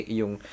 yung